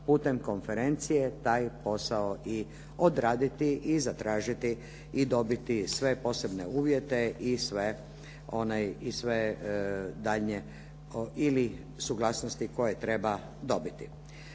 putem konferencije taj posao i odraditi i zatražiti i dobiti sve posebne uvjete i sve daljnje ili suglasnosti koje treba dobiti.